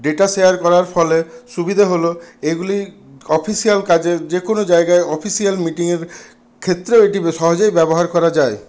data share করার ফলে সুবিধা হল এগুলি অফিসিয়াল কাজে যেকোনও জায়গায় অফিসিয়াল মিটিংয়ের ক্ষেত্রেও এটি সহজেই ব্যবহার করা যায়